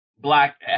black